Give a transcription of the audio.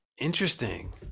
Interesting